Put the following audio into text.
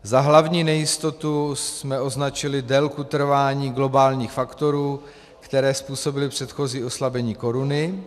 Za hlavní nejistotu jsme označili délku trvání globálních faktorů, které způsobily předchozí oslabení koruny.